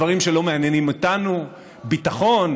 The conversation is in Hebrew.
בדברים שלא מעניינים אותנו: ביטחון,